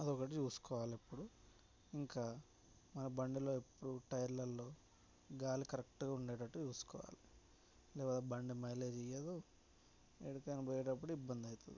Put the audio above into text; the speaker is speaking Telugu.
అదొకటి చూసుకోవాలి ఎప్పుడు ఇంకా మన బండిలో ఎప్పుడు టైర్లల్లో గాలి కరెక్ట్గా ఉండేటట్టు చూసుకోవాలి లేకపోతే బండి మైలేజ్ ఇవ్వదు ఎక్కడికైనా పోయేటప్పుడు ఇబ్బంది అవుతుంది